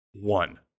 one